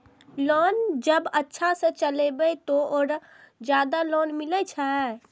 Loan जब अच्छा से चलेबे तो और ज्यादा लोन मिले छै?